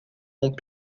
ont